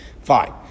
Fine